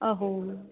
अहो